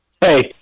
Hey